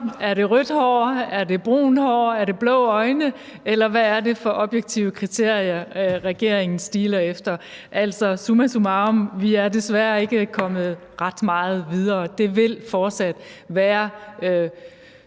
er det brunt hår, er det blå øjne, eller hvad er det for objektive kriterier, regeringen stiler efter? Summa summarum: Vi er desværre ikke kommet ret meget videre. Det vil fortsat være